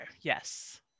yes